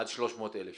עד 300,000 שקל.